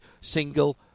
single